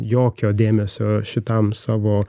jokio dėmesio šitam savo